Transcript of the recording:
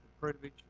privilege